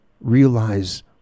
realize